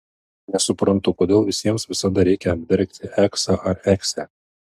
nesuprantu kodėl visiems visada reikia apdergti eksą ar eksę